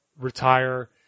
retire